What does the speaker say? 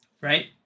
right